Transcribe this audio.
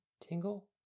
tingle